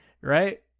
Right